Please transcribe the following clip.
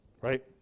Right